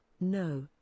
no